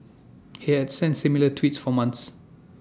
he had sent similar tweets for months